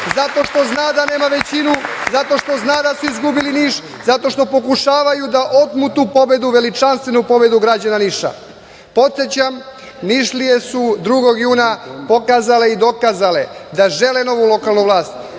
zato što zna da nema većinu, zato što zna da su izgubili Niš, zato što pokušavaju da otmu tu pobedu veličanstvenu, pobedu građana Niša. Podsećam, Nišlije su 2. juna pokazale i dokazale da žele novu lokalnu vlast,